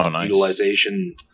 utilization